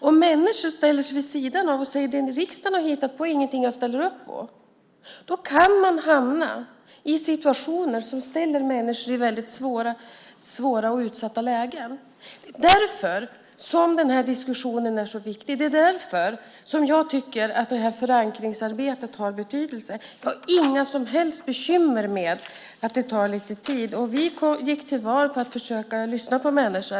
Om människor ställer sig vid sidan av och säger att det vi i riksdagen har hittat på inte är någonting de ställer upp på kan man hamna i situationer som ställer människor i väldigt svåra och utsatta lägen. Det är därför den här diskussionen är så viktig. Det är därför jag tycker att det här förankringsarbetet har betydelse. Jag har inga som helst bekymmer med att det tar lite tid. Vi gick till val på att försöka lyssna på människor.